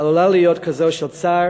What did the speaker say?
עלולה להיות של צער